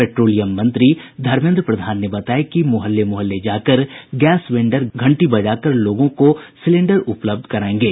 petroleum मंत्री धर्मेन्द्र प्रधान ने बताया कि मुहल्ले मुहल्ले जाकर गैस वेंडर घंटी बजाकर लोगों को सिलेंडर उपलब्ध करायेंगे